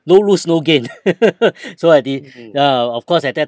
no lose no gain so I did ya of course at that